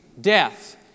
death